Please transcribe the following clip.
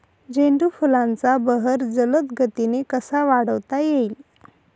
झेंडू फुलांचा बहर जलद गतीने कसा वाढवता येईल?